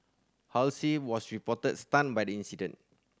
Halsey was reportedly stunned by the incident